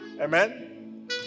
Amen